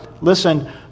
Listen